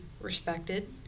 respected